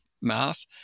Math